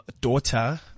daughter